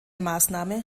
maßnahme